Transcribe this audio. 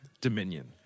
Dominion